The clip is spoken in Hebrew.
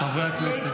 חברי הכנסת.